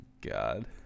God